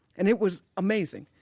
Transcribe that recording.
and it was amazing!